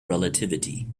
relativity